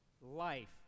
life